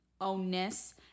ownness